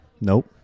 Nope